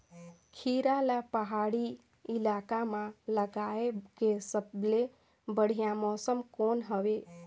खीरा ला पहाड़ी इलाका मां लगाय के सबले बढ़िया मौसम कोन हवे?